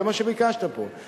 זה מה שביקשת פה.